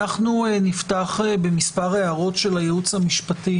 אנחנו נפתח בכמה הערות של הייעוץ המשפטי